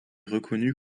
reconnu